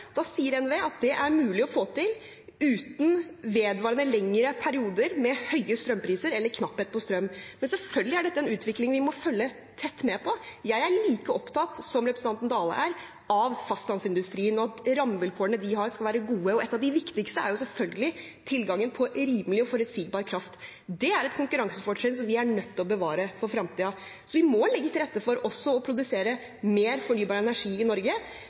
sier at det er mulig å få til uten vedvarende lengre perioder med høye strømpriser eller knapphet på strøm. Men selvfølgelig er dette en utvikling vi må følge tett med på. Jeg er like opptatt som representanten Dale er av fastlandsindustrien og at rammevilkårene de har, skal være gode. Et av de viktigste er selvfølgelig tilgangen på rimelig og forutsigbar kraft. Det er et konkurransefortrinn som vi er nødt til å bevare for fremtiden, så vi må legge til rette for også å produsere mer fornybar energi i Norge.